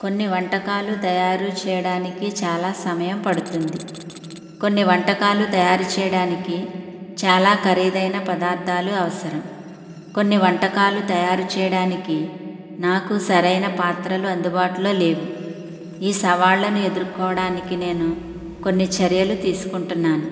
కొన్ని వంటకాలు తయారు చేయడానికి చాలా సమయం పడుతుంది కొన్ని వంటకాలు తయారు చేయడానికి చాలా ఖరీదైన పదార్ధాలు అవసరం కొన్ని వంటకాలు తయారు చేయడానికి నాకు సరైన పాత్రలు అందుబాటులో లేవు ఈ సవాళ్ళను ఎదురుకోవడానికి నేను కొన్ని చర్యలు తీసుకుంటున్నాను